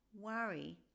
Worry